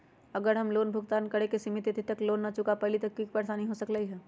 अगर हम लोन भुगतान करे के सिमित तिथि तक लोन न चुका पईली त की की परेशानी हो सकलई ह?